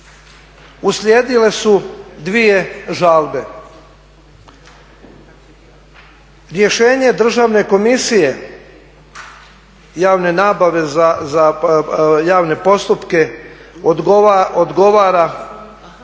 Uslijedile su dvije žalbe. Rješenje Državne komisije javne nabave za